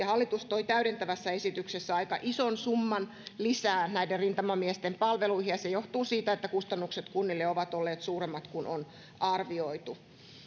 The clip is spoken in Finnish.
hallitus toi täydentävässä esityksessä aika ison summan lisää näiden rintamamiesten palveluihin ja se johtuu siitä että kustannukset kunnille ovat olleet suuremmat kuin on arvioitu